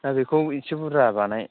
दा बेखौ इसे बुर्जा बानाय